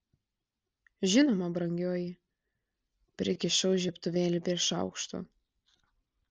žinoma brangioji prikišau žiebtuvėlį prie šaukšto